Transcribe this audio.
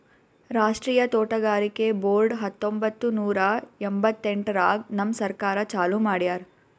ರಾಷ್ಟ್ರೀಯ ತೋಟಗಾರಿಕೆ ಬೋರ್ಡ್ ಹತ್ತೊಂಬತ್ತು ನೂರಾ ಎಂಭತ್ತೆಂಟರಾಗ್ ನಮ್ ಸರ್ಕಾರ ಚಾಲೂ ಮಾಡ್ಯಾರ್